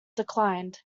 declined